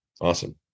Awesome